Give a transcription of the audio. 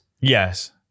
Yes